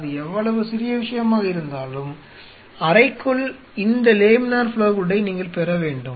அது எவ்வளவு சிறிய விஷயமாக இருந்தாலும் அறைக்குள் இந்த லேமினார் ஃப்ளோ ஹூட்டை நீங்கள் பெற வேண்டும்